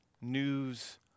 news